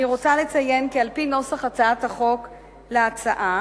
אני רוצה לציין כי על-פי נוסח הצעת החוק להצעה